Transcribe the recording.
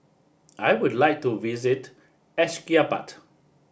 I would like to visit Ashgabat